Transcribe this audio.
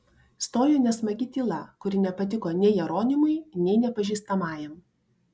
stojo nesmagi tyla kuri nepatiko nei jeronimui nei nepažįstamajam